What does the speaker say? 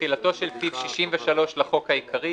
תחילתו של סעיף 63 לחוק העיקרי,